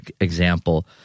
example